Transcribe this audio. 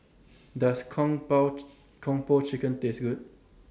Does Kung Kung Po Chicken Taste Good